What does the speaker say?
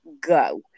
Go